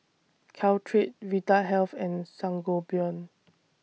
Caltrate Vitahealth and Sangobion